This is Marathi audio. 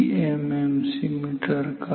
पीएमएमसी का